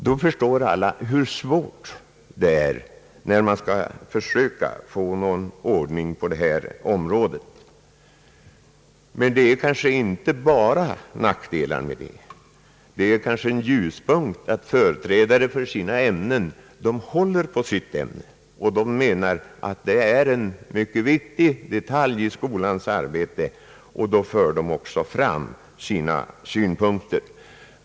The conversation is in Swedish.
Då förstår alla hur svårt det är att försöka få någon ordning på detta område. Men det är kanske inte bara nackdelar med detta. Det innebär kanske en ljuspunkt att varje företrädare för ett ämne håller på det och menar att det är en mycket viktig detalj i skolans arbete. Då för de också fram sina synpunkter.